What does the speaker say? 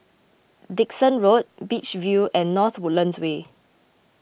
Dickson Road Beach View and North Woodlands Way